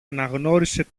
αναγνώρισε